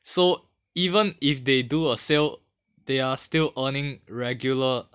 so even if they do a sale they are still earning regular